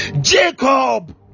Jacob